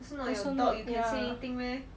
also ya